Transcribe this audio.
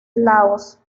laos